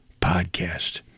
podcast